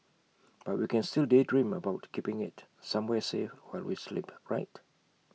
but we can still daydream about keeping IT somewhere safe while we sleep right